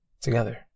together